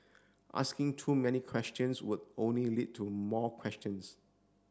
asking too many questions would only lead to more questions